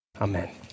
Amen